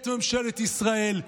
את ממשלת ישראל,